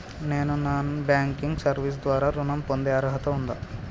నేను non banking service ద్వారా ఋణం పొందే అర్హత ఉందా?